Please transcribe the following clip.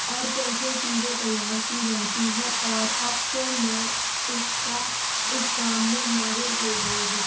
اور کیسے چیزیں تیار کی جاتی ہیں اور اب تو میں اس کا اس کام میں ماہر ہو گئی ہوں